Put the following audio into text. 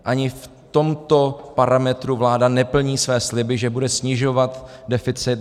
Ani v tomto parametru vláda neplní své sliby, že bude snižovat deficit.